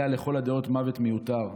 היה לכל הדעות מוות מיותר,